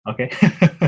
Okay